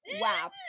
Wow